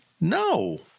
No